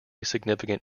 significant